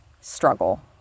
struggle